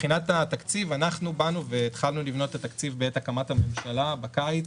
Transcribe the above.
מבחינת התקציב אנחנו התחלנו לבנות את התקציב בעת הקמת הממשלה בקיץ,